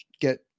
get